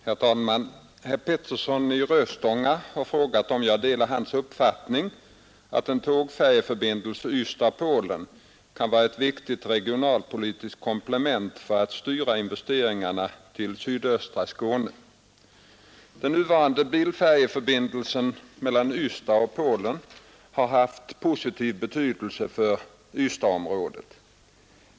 Herr talman! Herr Petersson i Röstånga har frågat om jag delar hans uppfattning att en tågfärjeförbindelse Ystad—-Polen kan vara ett viktigt regionalpolitiskt komplement för att styra investeringar till sydöstra Skåne. Den nuvarande bilfärjeförbindelsen mellan Ystad och Polen har haft positiv betydelse för Ystadsområdet.